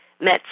met